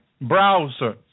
Browser